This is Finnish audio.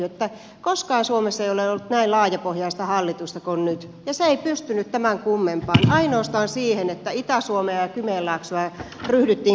koskaan suomessa ei ole ollut näin laajapohjaista hallitusta kuin nyt ja se ei pystynyt tämän kummempaan ainoastaan siihen että itä suomea ja kymenlaaksoa ryhdyttiin käsittelemään